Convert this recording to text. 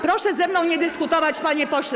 Proszę ze mną nie dyskutować, panie pośle.